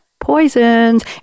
poisons